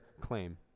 claim